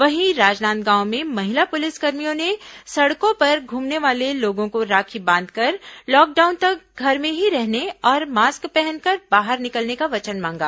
वहीं राजनांदगांव में महिला पुलिसकर्मियों ने सड़कों पर घूमने वाले लोगों को राखी बांधकर लॉकडाउन तक घर में ही रहने और मास्क पहनकर बाहर निकलने का वचन मांगा